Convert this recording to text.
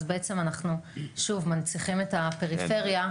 אז בעצם אנחנו שוב מנציחים את הפער בפריפריה.